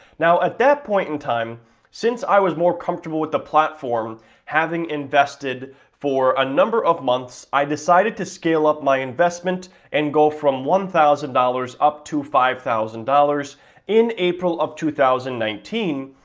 now, at that point in time since i was more comfortable with the platform having invested for a number of months, i decided to scale up my investment and go from one thousand dollars up to five thousand dollars in april of two thousand and nineteen.